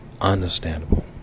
understandable